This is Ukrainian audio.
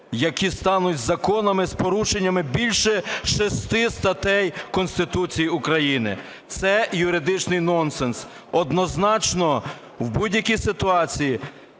які стануть законами з порушеннями більше шести статей Конституції України. Це юридичний нонсенс. Однозначно в будь-якій ситуації